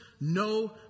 no